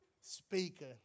speaker